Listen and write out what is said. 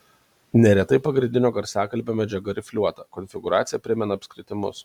neretai pagrindinio garsiakalbio medžiaga rifliuota konfigūracija primena apskritimus